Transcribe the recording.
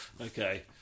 Okay